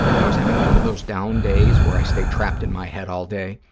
i was having one of those down days where i stay trapped in my head all day,